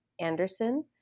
Anderson